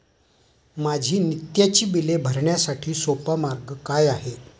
माझी नित्याची बिले भरण्यासाठी सोपा मार्ग काय आहे?